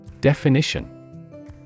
Definition